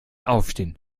aufstehen